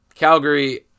Calgary